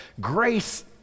Grace